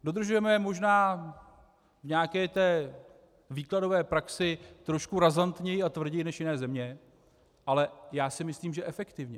Dodržujeme je možná v nějaké té výkladové praxi trošku razantněji a tvrději než jiné země, ale já si myslím že efektivně.